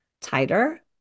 tighter